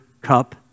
cup